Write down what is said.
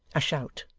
a shout!